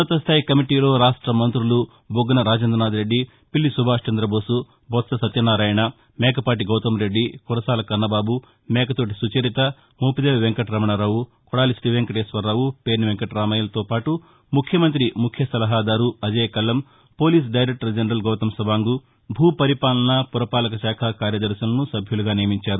ఉన్నతస్థాయి కమిటీలో రాష్ట మంతులు బుగ్గన రాజేంద్రనాథ్రెడ్డి పిల్లి సుభాస్ చందబోస్ బొత్స సత్యనారాయణ మేకపాటి గౌతం రెడ్డి కురసాల కన్నబాబు మేకతోటి సుచరిత మోపిదేవి వెంకటరమణారావు కొడాలి శ్రీవెంకటేశ్వరరావు పేర్ని వెంకటామయ్యతో పాటు ముఖ్యమంతి ముఖ్య సలహాదారు Ajeya Kallam police director general Goutham Sawang భూపరిపాలన పురపాలక శాఖ కార్యదర్శులను సభ్యులుగా నియమించారు